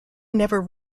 never